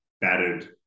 battered